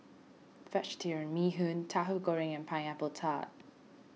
Vegetarian Bee Hoon Tauhu Goreng and Pineapple Tart